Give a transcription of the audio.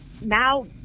now